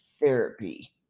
Therapy